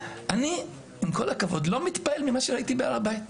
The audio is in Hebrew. עם כל הכבוד, אני לא מתפלא ממה שראיתי בהר הבית.